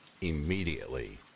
Immediately